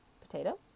Potato